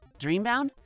DreamBound